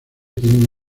tienen